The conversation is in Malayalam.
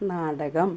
നാടകം